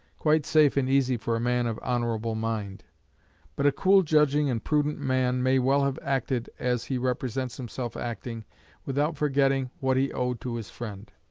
quite safe and easy for a man of honourable mind but a cool-judging and prudent man may well have acted as he represents himself acting without forgetting what he owed to his friend.